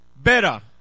better